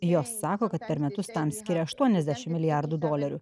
jos sako kad per metus tam skiria aštuoniasdešim milijardų dolerių